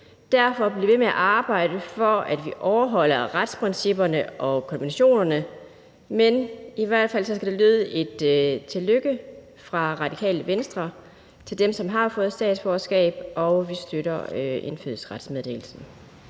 derfor blive ved med at arbejde for, at vi overholder retsprincipperne og konventionerne. Men i hvert fald skal der lyde et tillykke fra Radikale Venstre til dem, som har fået statsborgerskab, og vi støtter lovforslaget om